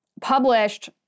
published